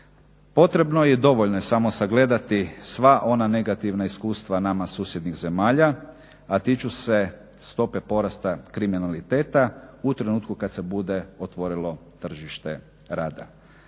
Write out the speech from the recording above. Potrebno je i dovoljno je samo sagledati sva ona negativna iskustva nama susjednih zemalja, a tiču se stope porasta kriminaliteta u trenutku kad se bude otvorilo tržište rada.